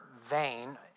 vain